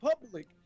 public